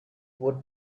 would